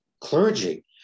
clergy